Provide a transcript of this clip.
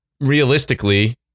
realistically